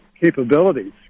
capabilities